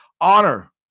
Honor